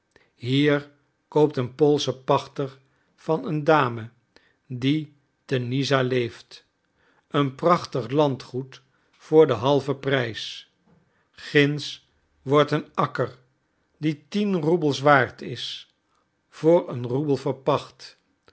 hier koopt een poolsche pachter van een dame die te nizza leeft een prachtig landgoed voor den halven prijs ginds wordt een akker die tien roebels waard is voor een roebel verpacht